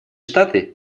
штаты